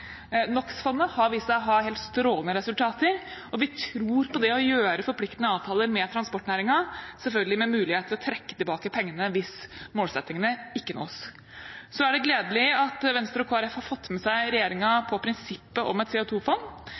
-fondet har vist seg å ha helt strålende resultater. Vi tror på det å gjøre forpliktende avtaler med transportnæringen, selvfølgelig med mulighet til å trekke tilbake pengene hvis målsettingene ikke nås. Det er gledelig at Venstre og Kristelig Folkeparti har fått med seg regjeringen på prinsippet om et